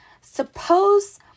Suppose